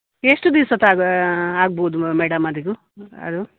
ಎಷ್ಟು ದಿವಸ ತಾ ಆಗ್ಬೋದು ಮೇಡಮ್ ಅದು ಅದು